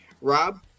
Rob